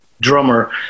drummer